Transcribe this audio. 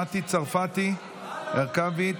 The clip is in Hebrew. מטי צרפתי הרכבי,